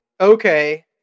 Okay